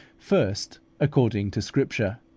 first, according to scripture,